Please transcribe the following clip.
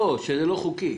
לא, שזה לא חוקי.